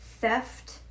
theft